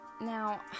Now